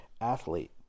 athlete